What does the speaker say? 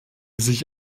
sich